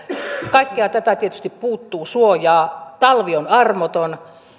kaikkea tätä tietysti puuttuu suojaa talvi on armoton